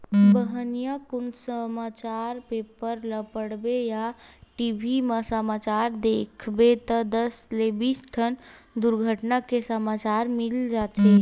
बिहनिया कुन समाचार पेपर ल पड़बे या टी.भी म समाचार देखबे त दस ले बीस ठन दुरघटना के समाचार मिली जाथे